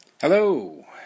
Hello